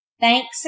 Thanks